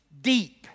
deep